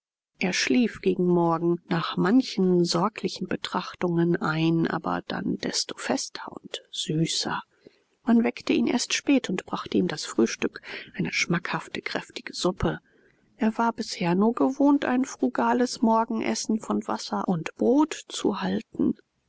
er schlief gegen morgen nach manchen sorglichen betrachtungen ein aber dann desto fester und süßer man weckte ihn erst spät und brachte ihm das frühstück eine schmackhafte kräftige suppe er war bisher nur gewohnt ein frugales morgenessen von wasser und brot zu halten